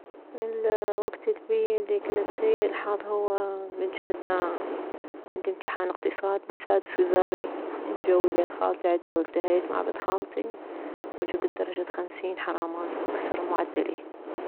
الوكت البيه الي كنت سيء الحظ هو من جنت دا عندي امتحان اقتصاد بالسادس وزاري وجوي بيت خالتي عدنا والتهيت مع بنت خالتي وجبت درجة خمسين حرامات وانكسر معدلي